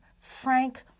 frank